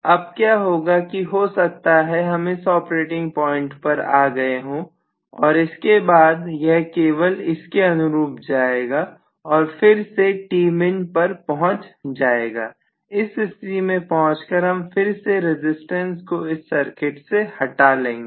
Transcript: अब क्या होगा कि हो सकता है हम इस ऑपरेटिंग पॉइंट पर आ गए हो और इसके बाद यह केवल इसके अनुरूप जाएगा और फिर से Tmin पर पहुंच जाएगा इस स्थिति में पहुंचकर हम फिर से रजिस्टेंस को इस सर्किट से हटा लेंगे